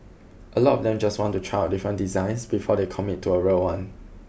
a lot of them just want to try out different designs before they commit to a real one